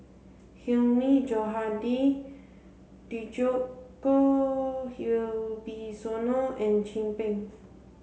Hilmi Johandi Djoko Wibisono and Chin Peng